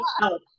help